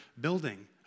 building